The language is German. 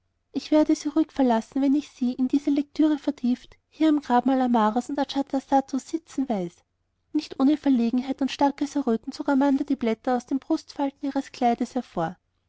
ich werde sie ruhig verlassen wenn ich sie in diese lektüre vertieft hier am grabmal amaras und ajatasattus sitzen weiß nicht ohne verlegenheit und starkes erröten zog amanda die blätter aus den busenfalten ihres kleides hervor